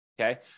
okay